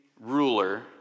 ruler